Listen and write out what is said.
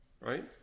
right